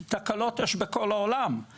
כי תקלות יש בכל העולם.